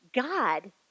God